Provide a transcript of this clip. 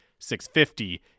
650